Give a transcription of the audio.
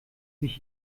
sich